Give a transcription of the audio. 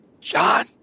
John